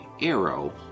Arrow